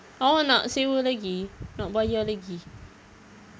awak nak sewa lagi nak bayar lagi